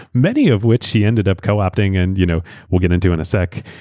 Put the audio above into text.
many of which she ended up co-opting and you know we'll get into in a sec.